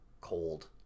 cold